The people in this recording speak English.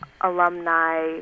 alumni